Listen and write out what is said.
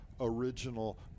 original